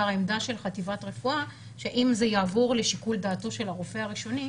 העמדה של חטיבת רפואה שאם זה יעבור לשיקול דעתו של הרופא הראשוני,